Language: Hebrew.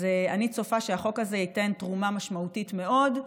אז אני צופה שהחוק הזה ייתן תרומה משמעותית מאוד,